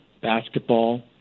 basketball